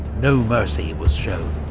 no mercy was shown.